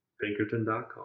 Pinkerton.com